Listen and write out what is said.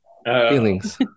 feelings